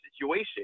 situation